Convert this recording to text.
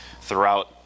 throughout